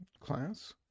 class